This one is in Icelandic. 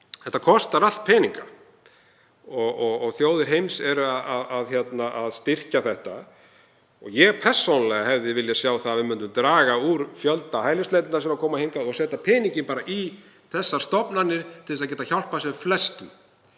Þetta kostar allt peninga og þjóðir heims eru að styrkja það. Ég persónulega hefði viljað sjá að við myndum draga úr fjölda hælisleitenda sem koma hingað og setja peninginn í þessar stofnanir til að geta hjálpað sem flestum.